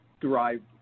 derived